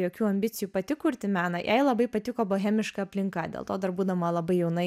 jokių ambicijų pati kurti meną jai labai patiko bohemiška aplinka dėl to dar būdama labai jauna